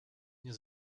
nie